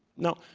now,